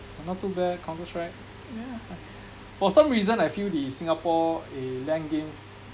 !wah! not too bad Counter Strike yeah for some reason I feel the Singapore eh LAN game